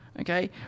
okay